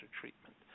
treatment